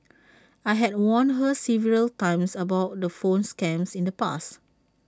I had warned her several times about the phone scams in the past